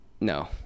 No